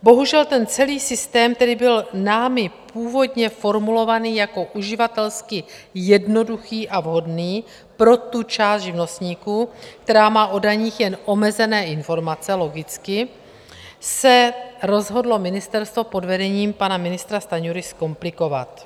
Bohužel, ten celý systém tedy byl námi původně formulovaný jako uživatelsky jednoduchý a vhodný pro tu část živnostníků, která má o daních jen omezené informace, logicky se rozhodlo ministerstvo pod vedením pana ministra Stanjury zkomplikovat.